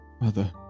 mother